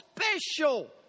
special